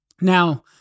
Now